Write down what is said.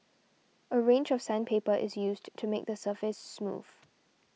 a range of sandpaper is used to make the surface smooth